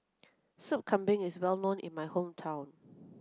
Sop Kambing is well known in my hometown